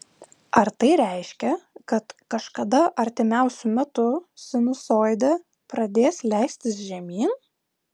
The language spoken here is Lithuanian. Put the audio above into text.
ar tai reiškia kad kažkada artimiausiu metu sinusoidė pradės leistis žemyn